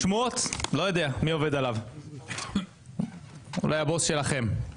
שמועות, לא יודע מי עובד עליו, אולי הבוס שלכם,